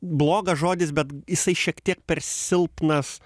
blogas žodis bet jisai šiek tiek per silpnas